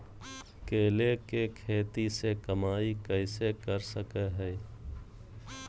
केले के खेती से कमाई कैसे कर सकय हयय?